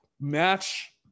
match